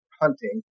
hunting